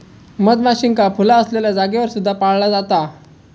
मधमाशींका फुला असलेल्या जागेवर सुद्धा पाळला जाता